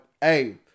Hey